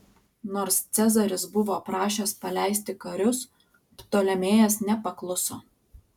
nors cezaris buvo prašęs paleisti karius ptolemėjas nepakluso